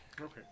Okay